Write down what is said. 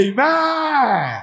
Amen